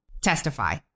testify